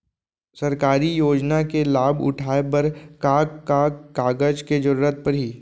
सरकारी योजना के लाभ उठाए बर का का कागज के जरूरत परही